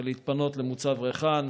להתפנות למוצב ריחן,